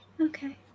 Okay